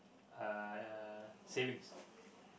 uh savings